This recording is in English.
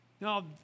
no